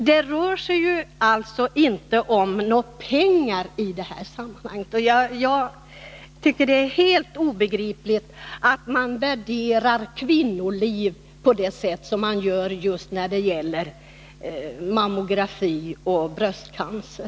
Det rör sig alltså inte om några pengar att tala om i det här sammanhanget. Jag tycker det är helt obegripligt att man värderar kvinnoliv på det sätt som man gör just när det gäller mammografi och bröstcancer.